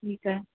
ठीकु आहे